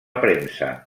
premsa